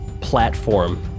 platform